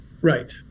Right